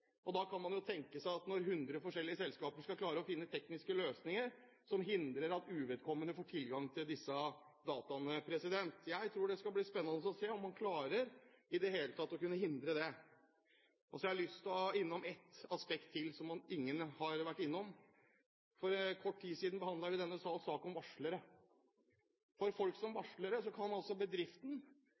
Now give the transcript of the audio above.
dokumenter. Da kan man jo tenke seg hvordan 100 forskjellige selskaper skal klare å finne tekniske løsninger som hindrer at uvedkommende skal få tilgang til disse dataene. Jeg tror det skal bli spennende å se om man i det hele tatt klarer å hindre det. Så har jeg lyst til å gå innom ett aspekt til, som ingen har vært innom. For kort tid siden behandlet vi i denne salen en sak om varslere. Bedriften kan altså påstå at folk som